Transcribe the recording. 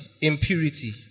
impurity